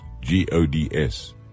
g-o-d-s